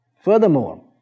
Furthermore